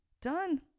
Done